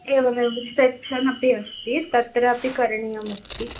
एवमेवं रिसेप्षन् अपि अस्ति तत्रापि करणीयमस्ति